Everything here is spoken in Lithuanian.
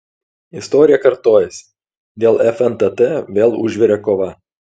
istorija kartojasi dėl fntt vėl užvirė kova